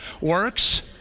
works